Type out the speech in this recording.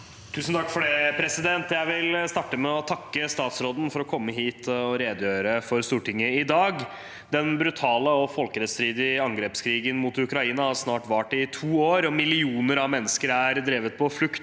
Lund (R) Jeg vil starte med å takke statsråden for å komme hit og redegjøre for Stortinget i dag. Den brutale og folkerettsstridige angrepskrigen mot Ukraina har snart vart i to år, og millioner av mennesker er drevet på flukt